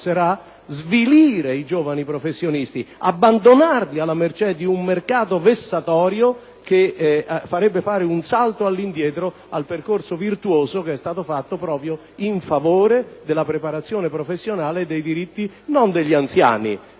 svilire i giovani professionisti, abbandonarli alla mercé di un mercato vessatorio, che farebbe fare un salto all'indietro al percorso virtuoso che è stato innescato in favore della preparazione professionale e dei diritti, non degli anziani,